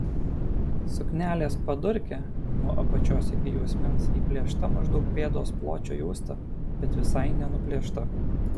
suknelės padurke nuo apačios iki juosmens įplėšta maždaug pėdos pločio juosta bet visai nenuplėšta